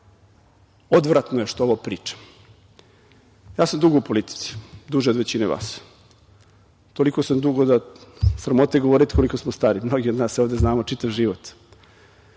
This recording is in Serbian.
Odvratno je što ovo pričam. Ja sam dugo u politici, duže od većine od vas. Toliko sam dugo da je sramota i govoriti koliko smo stari, mnogi od nas se ovde znamo čitav život.